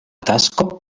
tasko